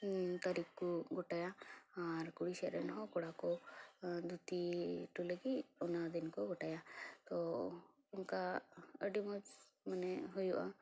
ᱛᱟᱹᱨᱤᱠᱷ ᱠᱚ ᱜᱚᱴᱟᱭᱟ ᱟᱨ ᱠᱩᱲᱤ ᱥᱮᱡ ᱨᱮᱱ ᱦᱚ ᱠᱚᱲᱟ ᱠᱚ ᱫᱷᱩᱛᱤ ᱩᱴᱩ ᱞᱟᱹᱜᱤᱫ ᱚᱱᱟ ᱫᱤᱱ ᱠᱚ ᱜᱚᱴᱟᱭᱟ ᱛᱚ ᱚᱱᱠᱟ ᱟᱹᱰᱤ ᱢᱚᱡᱽ ᱢᱚᱱᱮ ᱦᱩᱭᱩᱜᱼᱟ